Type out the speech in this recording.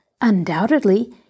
Undoubtedly